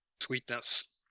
Sweetness